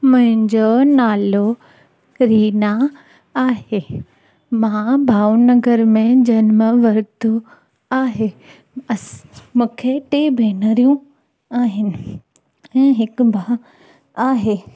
मुंहिंजो नालो रीना आहे मां भावनगर में जनम वरितो आहे अस मूंखे टे भेनरुं आहिनि ऐं हिकु भाउ आहे